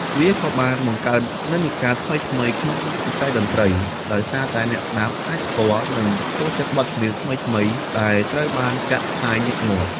វាក៏បាន បង្កើតនិន្នាការថ្មីៗក្នុងវិស័យតន្ត្រី ដោយសារតែអ្នកស្តាប់អាចស្គាល់ និងចូលចិត្តបទចម្រៀងថ្មីៗ ដែលត្រូវបានចាក់ផ្សាយញឹកញាប់។